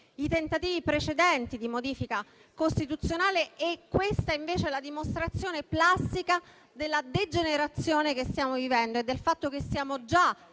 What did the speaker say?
tentativi di modifica costituzionale e questa è la dimostrazione plastica della degenerazione che stiamo vivendo e del fatto che siamo già